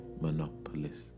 Monopolist